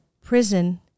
prison